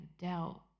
doubt